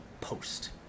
post